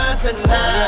tonight